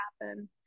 happen